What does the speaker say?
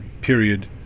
period